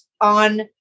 on